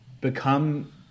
become